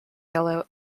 yellow